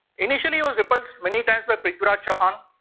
initially he was repulsed many times by prithviraj chauhan.